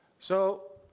so